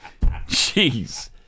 Jeez